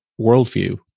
worldview